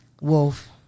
Wolf